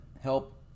help